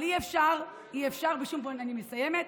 אני מסיימת,